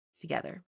together